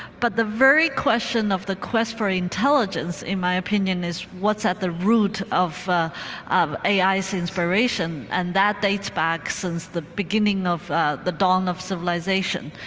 but the very question of the quest for intelligence in my opinion is what's at the root of of ai's inspiration, and that dates back since the beginning of the dawn of civilization.